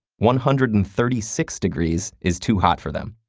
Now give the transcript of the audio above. one hundred and thirty six degrees is too hot for them.